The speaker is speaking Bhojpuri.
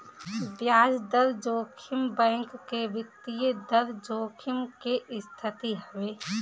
बियाज दर जोखिम बैंक के वित्तीय दर जोखिम के स्थिति हवे